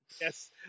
Yes